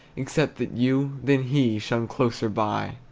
except that you, than he shone closer by.